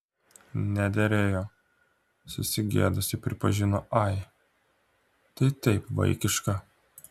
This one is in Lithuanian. nederėjo susigėdusi pripažino ai tai taip vaikiška